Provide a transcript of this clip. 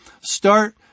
Start